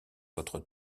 votre